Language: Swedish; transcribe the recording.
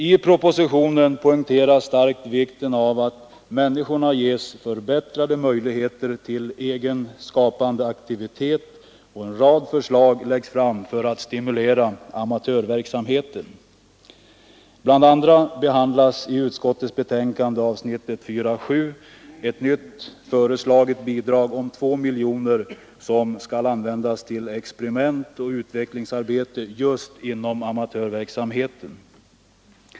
I propositionen poängteras starkt vikten av att människorna ges förbättrade möjligheter till egen skapande aktivitet, och en rad förslag läggs fram för att stimulera amatörverksamheten. BI. a. behandlas i utskottets betänkande, punkten 4.7, ett nytt föreslaget bidrag på 2 miljoner kronor, som skall användas till experiment och utvecklingsarbete just inom amatörverksamheten.